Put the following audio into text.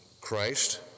Christ